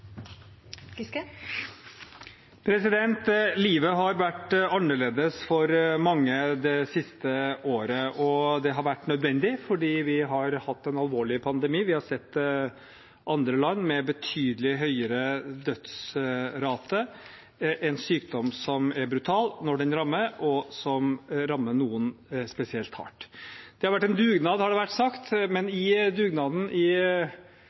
Livet har vært annerledes for mange det siste året, og det har vært nødvendig fordi vi har hatt en alvorlig pandemi. Vi har sett andre land med betydelig høyere dødsrate, en sykdom som er brutal når den rammer, og som rammer noen spesielt hardt. Det har vært en dugnad, har det vært sagt, men i dugnaden i